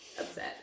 upset